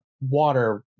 water